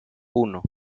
uno